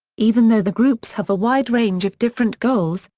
even though the groups have a wide range of different goals,